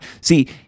See